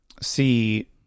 see